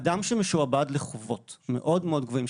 אדם שמשועבד לחובות מאוד-מאוד גבוהים,